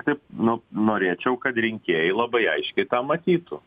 taip nu norėčiau kad rinkėjai labai aiškiai tą matytų